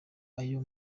aya